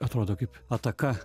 atrodo kaip ataka